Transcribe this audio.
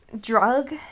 drug